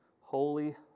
Holy